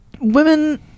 women